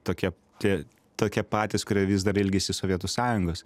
tokie tie tokie patys kurie vis dar ilgisi sovietų sąjungos